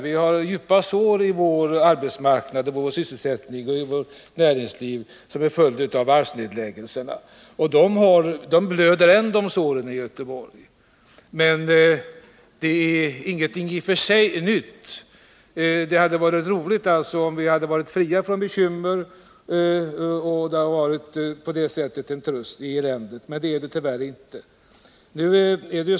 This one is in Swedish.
Vi har djupa sår i vår arbetsmarknad och i vår sysselsättning som en följd av varvsnedläggelserna. De såren blöder än. Det hade givetvis varit glädjande om vi hade varit fria från bekymmer, och det hade på sitt sätt kunnat vara en tröst i eländet, men så är det tyvärr inte.